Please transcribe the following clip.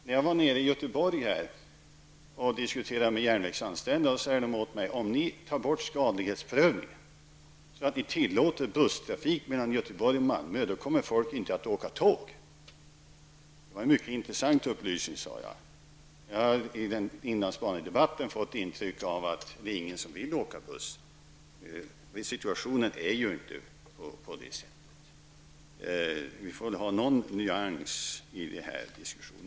När jag var nere i Göteborg och diskuterade med järnvägsanställda sade de till mig: Om ni tar bort skadlighetsprövningen så att ni tillåter busstrafik mellan Malmö och Göteborg, kommer folk inte att åka tåg. Det var en mycket intressant upplysning, tyckte jag. Jag har i inlandsbanedebatten fått intrycket att ingen vill åka buss. Situationen är alltså inte sådan. Vi får väl ha litet nyans i diskussionen.